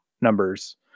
numbers